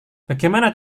bagaimana